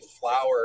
flower